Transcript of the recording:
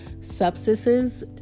substances